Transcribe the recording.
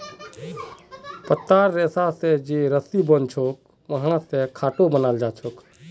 पत्तार रेशा स जे रस्सी बनछेक वहा स खाटो बनाल जाछेक